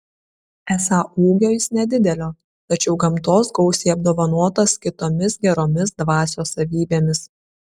esą ūgio jis nedidelio tačiau gamtos gausiai apdovanotas kitomis geromis dvasios savybėmis